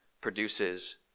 produces